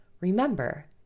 Remember